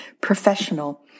professional